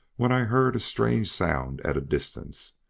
when i heard a strange sound at a distance,